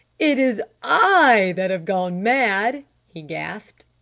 it is i that have gone mad! he gasped.